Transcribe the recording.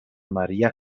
maria